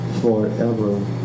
forever